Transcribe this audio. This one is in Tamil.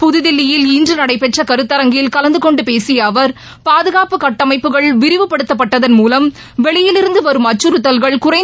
புதுதில்லியில் இன்று நடைபெற்ற கருத்தரங்கில் கலந்து கொண்டு பேசிய அவர் பாதுகாப்பு கட்டமைப்புகள் விரிவுப்படுத்தப்பட்டதன் மூலம் வெளியிலிருந்து வரும் அச்சுறுத்தல்கள் குறைந்துள்ளதாக கூறினார்